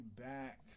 back